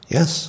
Yes